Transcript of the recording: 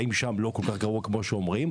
האם שם לא כול כך גרוע כמו שאומרים,